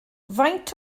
faint